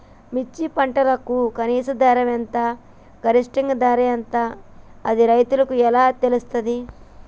మిర్చి పంటకు కనీస ధర ఎంత గరిష్టంగా ధర ఎంత అది రైతులకు ఎలా తెలుస్తది?